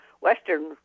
Western